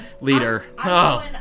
leader